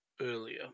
earlier